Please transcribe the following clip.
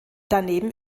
daneben